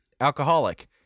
alcoholic